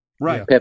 Right